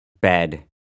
bed